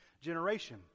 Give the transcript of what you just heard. generation